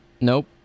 nope